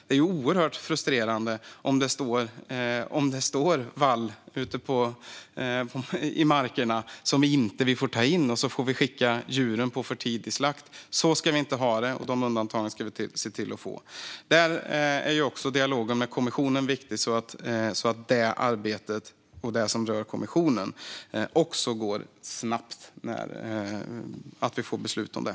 Det är såklart oerhört frustrerande om det står vall ute i markerna som man inte får ta in och om man får skicka djuren till för tidig slakt. Så ska vi inte ha det - dessa undantag ska vi se till att man får. Här är dialogen med kommissionen viktig. Det gäller att detta arbete och det som rör kommissionen också går snabbt, så att vi får beslut om det.